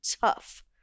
tough